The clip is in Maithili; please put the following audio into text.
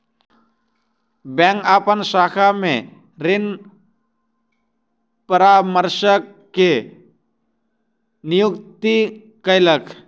बैंक अपन शाखा में ऋण परामर्शक के नियुक्ति कयलक